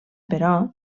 però